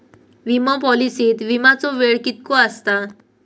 विमा पॉलिसीत विमाचो वेळ कीतको आसता?